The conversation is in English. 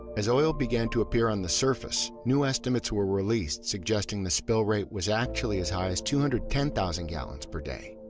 as oil began to appear on the surface, new estimates were released suggesting the spill rate was actually as high as two hundred and ten thousand gallons per day.